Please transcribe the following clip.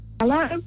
hello